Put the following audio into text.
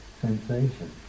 sensation